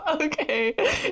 Okay